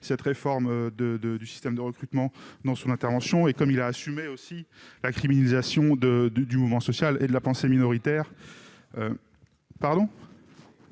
cette réforme du système de recrutement dans son intervention, comme la criminalisation du mouvement social et de la pensée minoritaire. Pas